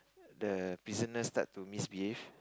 the prisoners start to misbehave